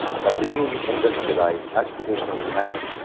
like the newly industrialized aspirational humanity,